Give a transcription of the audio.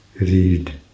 read